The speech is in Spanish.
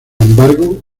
embargo